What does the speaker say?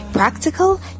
practical